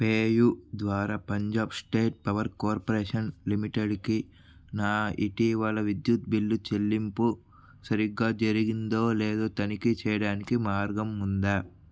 PayU ద్వారా Punjab state power corporation లిమిటెడ్కి నా ఇటీవల విద్యుత్ బిల్లు చెల్లింపు సరిగ్గా జరిగిందో లేదో తనిఖీ చేయడానికి మార్గం ఉందా